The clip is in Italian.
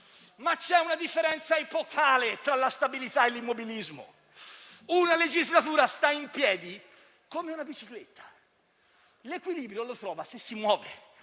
Ma c'è una differenza epocale tra la stabilità e l'immobilismo. Una legislatura sta in piedi come una bicicletta: l'equilibrio lo trova se si muove,